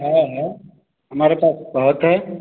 है है हमारे पास बहुत है